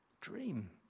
Dream